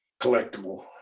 collectible